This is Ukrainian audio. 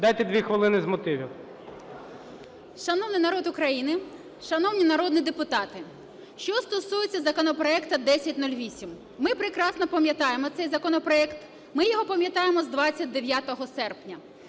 16:06:20 ВЕНЕДІКТОВА І.В. Шановний народ України, шановні народні депутати, що стосується законопроекту 1008. Ми прекрасно пам'ятаємо цей законопроект, ми його пам'ятаємо з 29 серпня.